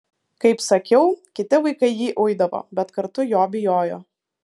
kaip sakiau kiti vaikai jį uidavo bet kartu jo bijojo